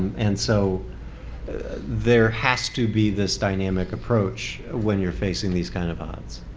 and so there has to be this dynamic approach when you're facing these kind of odds.